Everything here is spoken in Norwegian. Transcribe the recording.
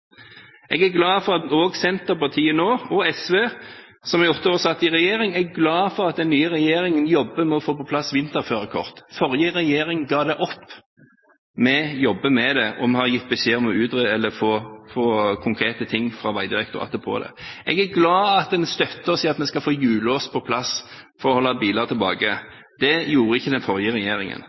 Jeg er også glad for at Senterpartiet og SV, som satt åtte år i regjering, nå er glad for at den nye regjeringen jobber med å få på plass vinterførerkort. Den forrige regjeringen ga det opp. Vi jobber med det og har gitt beskjed om at vi ønsker å få noe konkret fra Veidirektoratet på dette. Jeg er glad for at en støtter oss i at vi skal få hjullås på plass for å holde biler tilbake. Det gjorde ikke den forrige regjeringen.